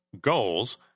goals